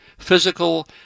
Physical